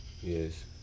Yes